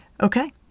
Okay